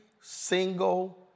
single